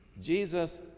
Jesus